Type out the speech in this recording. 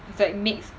it's like mix